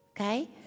Okay